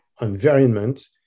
environment